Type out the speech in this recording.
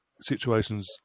situations